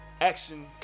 Action